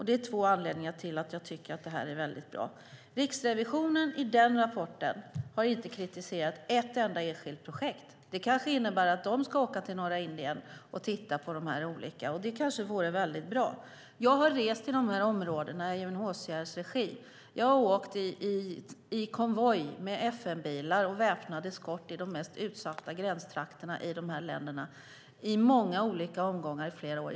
Det är två anledningar till att jag tycker att detta är bra. Riksrevisionen har i rapporten inte kritiserat ett enda enskilt projekt. Det kanske innebär att de ska åka till norra Indien och titta. Det kanske vore bra. Jag har rest i de här områdena i UNHCR:s regi. Jag har åkt i konvoj med FN-bilar och väpnad eskort i de mest utsatta gränstrakterna i de här länderna i många olika omgångar i flera år.